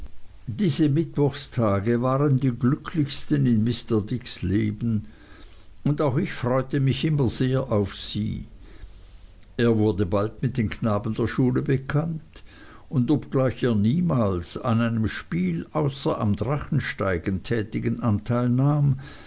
diese mittwochstage waren die glücklichsten in mr dicks leben und auch ich freute mich immer sehr auf sie er wurde bald mit den knaben der schule bekannt und obgleich er niemals an einem spiel außer am drachensteigen tätigen anteil